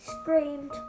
screamed